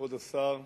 כבוד השר,